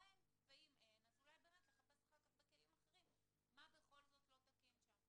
אם אין אז אולי יש לחפש בכלים אחרים מה בכל זאת לא תקים שם.